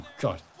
God